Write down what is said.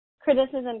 criticism